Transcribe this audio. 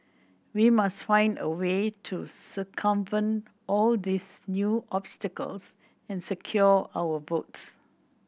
we must find a way to circumvent all these new obstacles and secure our votes